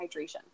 hydration